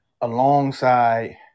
alongside